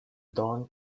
dome